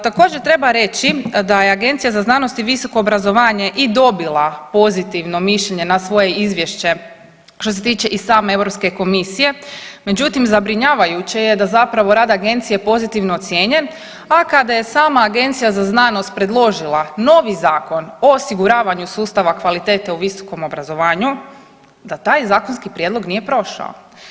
Također treba reći da je Agencija za znanost i visoko obrazovanje i dobila pozitivno mišljenje na svoje izvješće što se tiče i same Europske komisije, međutim zabrinjavajuće je da je zapravo rad agencije pozitivno ocijenjen, a kada je sama Agencija za znanost predložila novi Zakon o osiguravanju sustava kvalitete u visokom obrazovanju da taj zakonski prijedlog nije prošao.